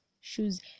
shoes